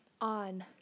on